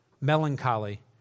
melancholy